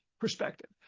perspective